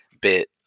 bit